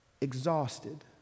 exhausted